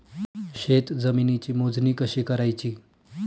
शेत जमिनीची मोजणी कशी करायची?